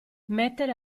mettere